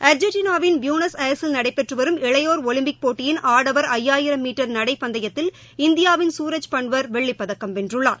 அர்ஜெண்டினாவின் Buenos ஏர்சில் நடைபெற்று வரும் இளையோர் ஒலிம்பிக் போட்டியின் ஆடவர் ஐயாயிரம் மீட்டர் நடை பந்தயத்தில் இந்தியாவின் சூரஜ் பன்வர் வெள்ளிப்பதக்கம் வென்றுள்ளார்